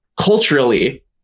culturally